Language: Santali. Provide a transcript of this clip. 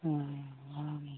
ᱦᱮᱸ